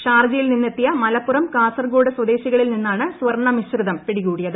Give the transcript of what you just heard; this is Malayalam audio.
ഷാർജയിൽ നിന്നെത്തിയ മലപ്പുറം കാസർഗോഡ് സ്വദേശികളിൽ നിന്നാണ് സ്വർണ്ണ മിശ്രിതം പിടികൂടിയത്